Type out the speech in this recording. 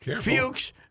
Fuchs